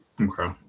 Okay